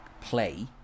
play